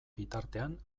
bitartean